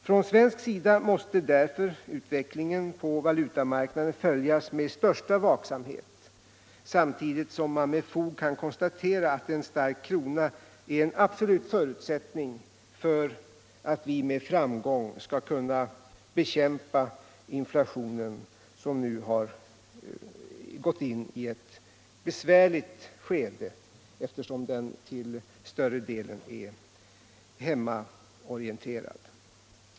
Från svensk sida måste därför utvecklingen på valutamarknaden följas med största vaksamhet, samtidigt som man med fog kan konstatera att en stark krona är en absolut förutsättning för att vi med framgång skall kunna bekämpa inflationen, som nu har gått in i ett besvärligt skede eftersom den till större delen är hemmaorienterad.